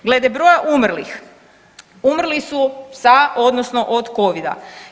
Glede broja umrlih umrli su sa odnosno od covida.